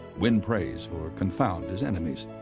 win praise, or confound his enemies.